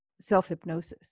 self-hypnosis